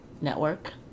network